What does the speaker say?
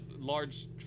large